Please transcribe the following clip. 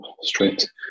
straight